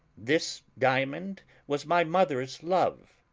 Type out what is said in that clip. this diamond was my mother's love,